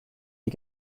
you